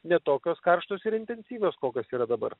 ne tokios karštos ir intensyvios kokios yra dabar